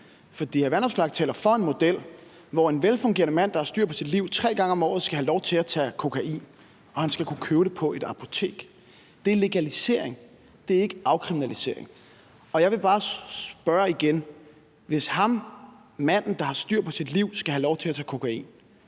For hr. Alex Vanopslagh taler for en model, hvor en velfungerende mand, der har styr på sit liv, tre gange om året skal have lov til at tage kokain, og han skal kunne købe det på et apotek. Det er legalisering; det er ikke afkriminalisering. Jeg vil bare spørge igen: Hvis ham manden, der har styr på sit liv, skal have lov til at tage kokain,